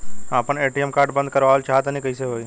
हम आपन ATM card बंद करावल चाह तनि कइसे होई?